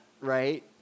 right